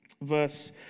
verse